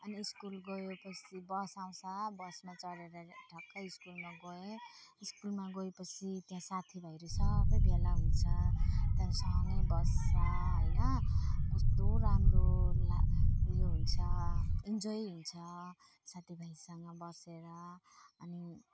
अनि स्कुल गएपछि बस आउँछ बसमा चढेर ठक्कै स्कुलमा गएँ स्कुलमा गएपछि त्यहाँ साथीभाइहरू सबै भेला हुन्छ त्यहाँदेखि सँगै बस्छौँ होइन कस्तो राम्रो लाग्छ उयो हुन्छ इन्जोय हुन्छ साथीभाइसँग बसेर अनि